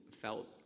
felt